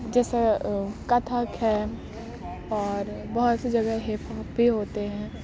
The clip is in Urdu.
جیسے کتھک ہے اور بہت سی جگہیں ہپوپ بھی ہوتے ہیں